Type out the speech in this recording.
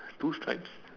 two stripes